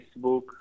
Facebook